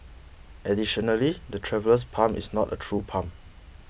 additionally the Traveller's Palm is not a true palm